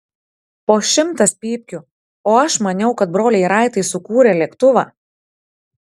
po šimtas pypkių o aš maniau kad broliai raitai sukūrė lėktuvą